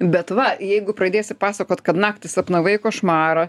bet va jeigu pradėsi pasakot kad naktį sapnavai košmarą tai